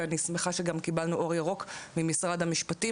ואני שמחה שגם קיבלנו אור ירוק ממשרד המשפטים,